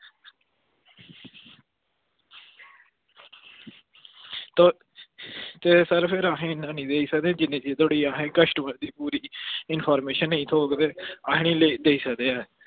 ते ते सर फिर अस इंया निं देई सकदे जिन्ने धोड़ी असेंगी कस्टमर दी इंफारेमेशन निं थ्होग ते अस निं देई सकदे ऐ